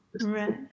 Right